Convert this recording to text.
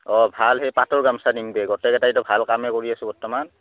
অঁ ভাল সেই পাটৰ গামচা নিম দে গোটেইকেইটাইতো ভাল কামেই কৰি আছোঁ বৰ্তমান